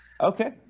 okay